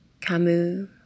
Camus